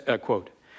quote